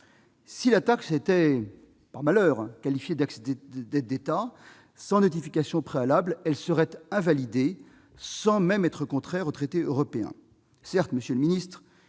Si la taxe était, par malheur, qualifiée d'aide d'État, sans notification préalable, elle serait invalidée quand bien même elle ne serait pas contraire aux traités européens.